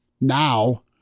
now